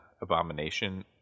abomination